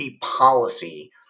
policy